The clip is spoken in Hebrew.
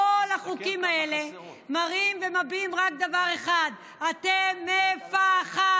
כל החוקים האלה מראים ומביעים רק דבר אחד: אתם מפחדים.